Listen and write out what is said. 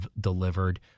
delivered